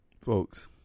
folks